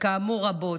וכאמור רבות.